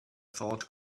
thought